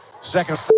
second